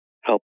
help